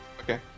Okay